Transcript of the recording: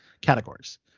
categories